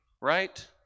Right